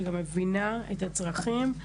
שגם מבינה את הצרכים.